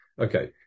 Okay